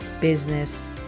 business